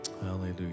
Hallelujah